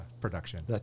production